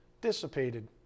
dissipated